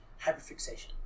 hyperfixation